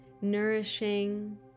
nourishing